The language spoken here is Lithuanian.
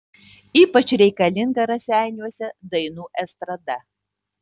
ypač reikalinga raseiniuose dainų estrada